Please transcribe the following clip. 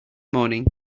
morning